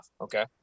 okay